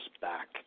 back